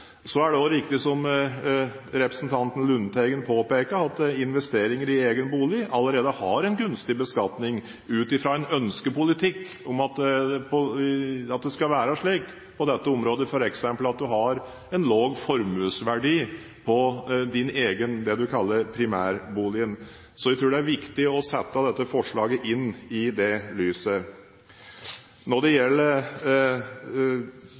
Så er det også riktig, som representanten Lundteigen påpeker, at investeringer i egen bolig allerede har en gunstig beskatning ut fra en ønsket politikk om at det skal være slik på dette området, f.eks. at man har en lav formuesverdi på det man kaller primærboligen. Jeg tror det er viktig å se dette forslaget i det lyset. Når det